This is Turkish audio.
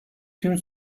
tüm